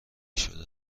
شده